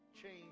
Change